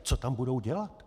Co tam budou dělat?